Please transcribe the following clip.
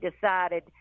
decided